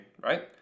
right